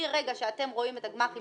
מרגע שאתם רואים את הגמ"חים